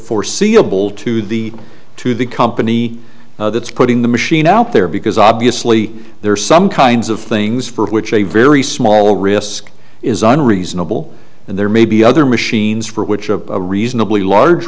foreseeable to the to the company that's putting the machine out there because obviously there are some kinds of things for which a very small risk is unreasonable and there may be other machines for which a reasonably large